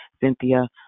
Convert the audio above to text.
Cynthia